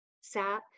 sat